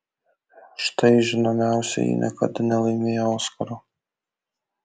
štai žinomiausieji niekada nelaimėję oskaro